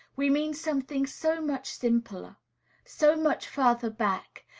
we mean something so much simpler so much further back,